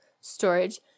storage